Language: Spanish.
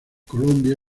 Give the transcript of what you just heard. colombia